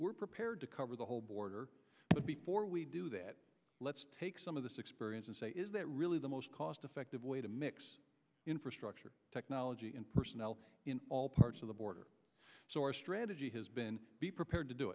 we're prepared to cover the whole border but before we do that let's take some of this experience and say is that really the most cost effective way to mix infrastructure technology in personnel in all parts of the border so our strategy has been be prepared to do